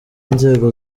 inzego